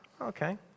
Okay